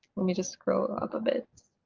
let me just scroll up a bit!